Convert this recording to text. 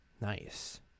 nice